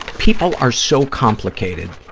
people are so complicated